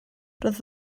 roedd